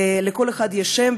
לכל אחד יש שם,